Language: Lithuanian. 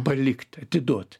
palikt atiduot